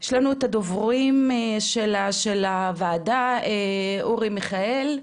יש לנו את הדוברים של הוועדה, אורי מיכאל,